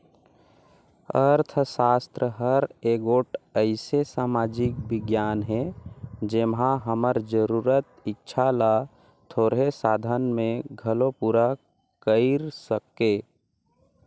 अर्थसास्त्र हर एगोट अइसे समाजिक बिग्यान हे जेम्हां हमर जरूरत, इक्छा ल थोरहें साधन में घलो पूरा कइर सके